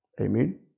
Amen